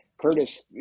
Curtis